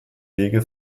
wege